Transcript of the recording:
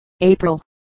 April